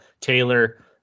Taylor